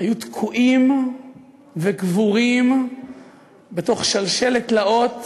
היו תקועים וקבורים בתוך שלשלת תלאות